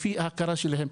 לפי ההכרה שלהם.